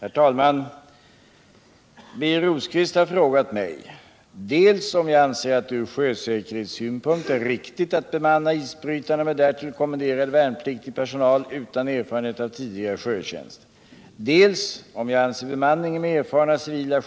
Isbrytare och sjömätningsfartyg bemannas med militär personal. I ett svar på fråga om civil bemanning på isbrytare och sjömätningsfartyg den 30 mars 1978 anförde kommunikationsministern som ett skäl mot en sådan ändring: ”Bl.a.